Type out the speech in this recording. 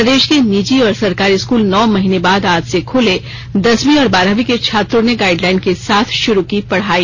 प्रदेश के निजी और सरकारी स्कूल नौ महीने बाद आज से खुले दसवीं और बारहवीं के छात्रों ने गाईडलाइन के साथ शुरू की पढ़ाई